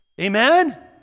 Amen